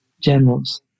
generals